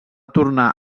tornar